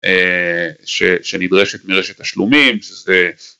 ‫שנדרשת מרשת תשלומים, זה...